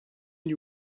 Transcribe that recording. nie